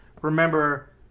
remember